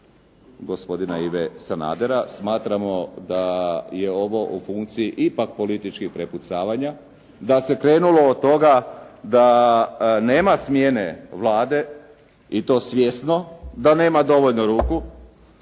gospodina Ive Sanadera, smatramo da je ovo u funkciji ipak političkih prepucavanja, da se krenulo od toga da nema smjene Vlade i to svjesno, da nema dovoljno ruku